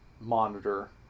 monitor